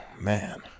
man